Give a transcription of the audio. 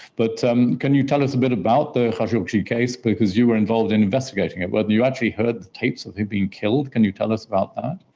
but um can you tell us a bit about the khashoggi case, because you were involved in investigating it, but you actually heard the tapes of him being killed, can you tell us about that?